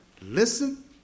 listen